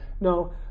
no